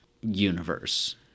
universe